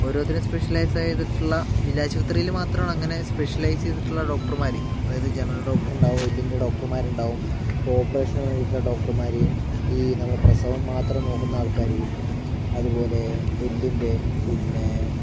ഒരോരുത്തർ specialise ചെയ്തിട്ടുള്ള ജില്ലാ ആശുപത്രിയിൽ മാത്രമാണ് അങ്ങനെ സ്പെഷ്യലൈസ് ചെയ്തിട്ടുള്ള ഡോക്ടർമാർ അതായത് ജനറൽ ഡോക്ടർ ഉണ്ടാകും എല്ലിൻ്റെ ഡോക്ടർമാരുണ്ടാകും ഇപ്പോൾ ഓപ്പറേഷന് വേണ്ടിയിട്ടുള്ള ഡോക്ടർമാർ ഈ നമ്മുടെ പ്രസവം മാത്രം നോക്കുന്ന ആൾക്കാർ അതുപോലെ എല്ലിൻ്റെ പിന്നേ